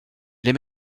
les